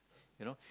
you know